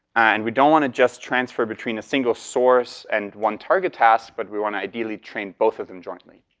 and we don't wanna just transfer between a single source and one target task but we wanna ideally train both of them jointly.